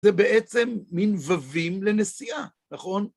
זה בעצם מין ווים לנסיעה, נכון?